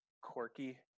quirky